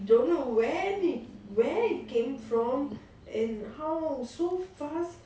don't know where the where it came from and how so fast